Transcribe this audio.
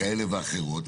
כאלה ואחרים.